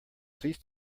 please